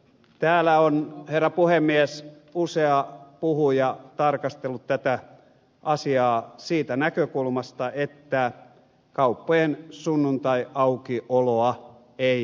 täällä on herra puhemies usea puhuja tarkastellut tätä asiaa siitä näkökulmasta että kauppojen sunnuntaiaukioloa ei tarvita